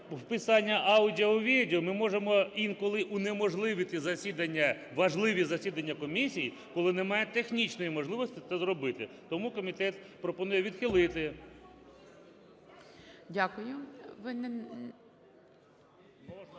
писання аудіо і відео, ми можемо інколи унеможливити засідання, важливі засідання комісій, коли немає технічної можливості це зробити. Тому комітет пропонує відхилити.